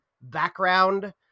background